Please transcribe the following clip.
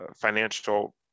financial